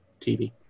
TV